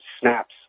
snaps